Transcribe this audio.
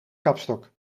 kapstok